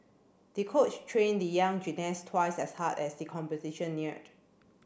the coach trained the young gymnast twice as hard as the competition neared